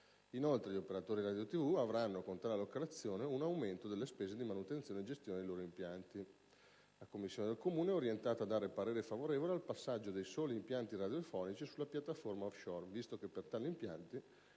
Inoltre, gli operatori radiotelevisivi avranno, con tale allocazione, un aumento delle spese di manutenzione e gestione dei loro impianti. La commissione consiliare è orientata a dare parere favorevole al passaggio dei soli impianti radiofonici sulla piattaforma *offshore*, visto che per tali impianti